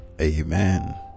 Amen